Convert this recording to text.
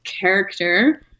character